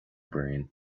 brain